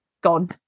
Gone